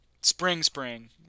spring-spring